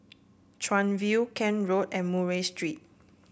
Chuan View Kent Road and Murray Street